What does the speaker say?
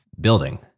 building